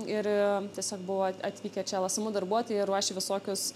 ir tiesiog buvo at atvykę čia lsmu darbuotojai ruošė visokius